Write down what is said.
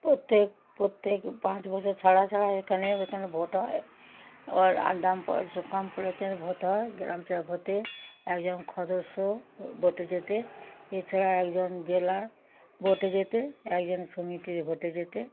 প্রত্যেক প্রত্যেক পাঁচ বছর ছাড়া ছাড়া এখানে এখানে ভোট হয় ও আর গ্রাম পর্ষদ কর্পোরেশনের ভোট হয় গ্রাম অঞ্চলের ভোটে একজন সদস্য ভোটে জেতে এছাড়া একজন জেলার ভোটে জেতে একজন সমিতির ভোটে জেতে